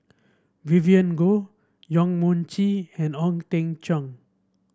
Vivien Goh Yong Mun Chee and Ong Teng Cheong